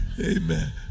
Amen